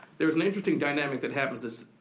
there was an interesting dynamic that happens is,